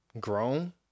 grown